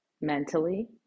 mentally